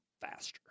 faster